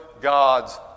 God's